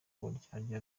uburyarya